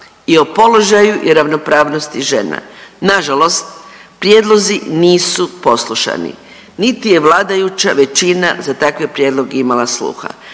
i o položaju i o ravnopravnosti žena. Nažalost, prijedlozi nisu poslušani niti je vladajuća većina za takav prijedlog imala sluha.